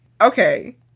okay